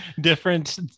Different